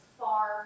far